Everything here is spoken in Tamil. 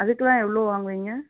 அதுக்கெல்லாம் எவ்வளோ வாங்குவீங்க